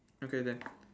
okay then